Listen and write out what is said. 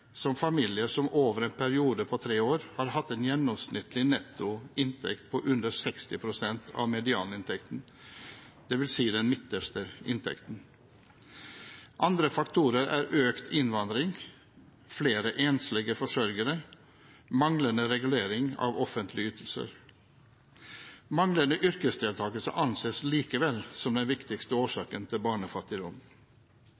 som familier som over en periode på tre år har hatt en gjennomsnittlig nettoinntekt på under 60 pst. av medianinntekten, dvs. den midterste inntekten. Andre faktorer er økt innvandring, flere enslige forsørgere og manglende regulering av offentlige ytelser. Manglende yrkesdeltakelse anses likevel som den viktigste